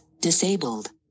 disabled